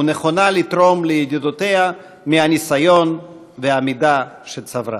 ונכונה לתרום לידידותיה מהניסיון והמידע שצברה.